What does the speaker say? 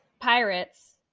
pirates